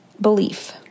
belief